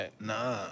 Nah